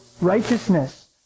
righteousness